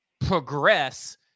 progress